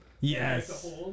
Yes